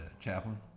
Chaplain